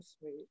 sweet